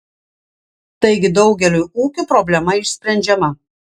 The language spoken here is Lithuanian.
taigi daugeliui ūkių problema išsprendžiama